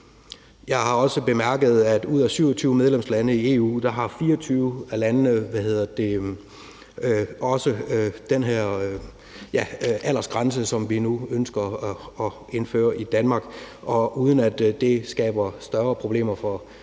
Jeg har også bemærket, at ud af 27 medlemslande i EU har 24 af landene også den her aldersgrænse, som vi nu ønsker at indføre i Danmark, uden at det har skabt større problemer for de